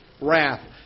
Wrath